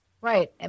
Right